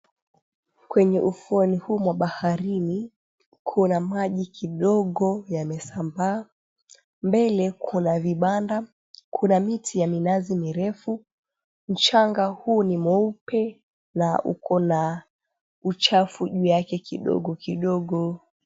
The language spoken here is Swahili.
Kwenye ufuoni huu mwa baharini, kuna maji kidogo yamesambaa, mbele kuna vabanda, kuna miti ya minazi mirefu, mchanga huu ni mweupe na uko na uchafu juu yake kidogo kidogo.